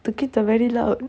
the kids are very loud